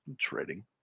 trading